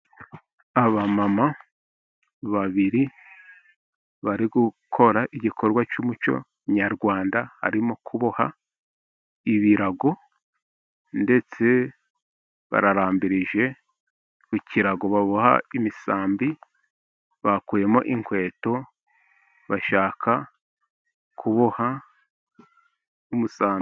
Abamama babiri, bari gukora igikorwa cy'umuco Nyarwanda, harimo kuboha ibirago ndetse bararambirije ku kirago baboha imisambi, bakuyemo inkweto bashaka kuboha umusambi.